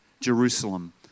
Jerusalem